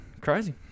Crazy